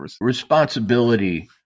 Responsibility